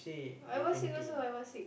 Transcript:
I was sick also I was sick